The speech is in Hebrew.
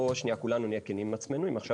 בואו שניה נהיה כולנו כנים עם עצמנו אם עכשיו